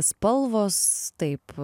spalvos taip